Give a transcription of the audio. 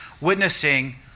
witnessing